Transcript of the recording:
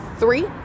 three